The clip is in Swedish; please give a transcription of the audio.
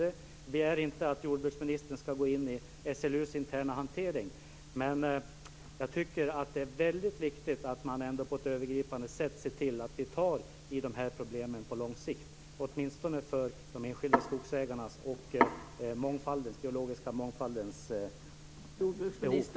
Jag begär inte att jordbruksministern ska gå in i SLU:s interna hantering. Men jag tycker att det är väldigt viktigt att man ändå på ett övergripande sätt ser till att vi tar tag i problemen på lång sikt. Det måste vi göra åtminstone för de enskilda skogsägarnas och den biologiska mångfaldens behov.